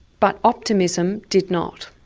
but optimism did not.